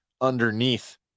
underneath